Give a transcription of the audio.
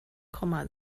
komma